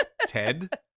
Ted